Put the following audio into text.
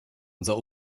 unser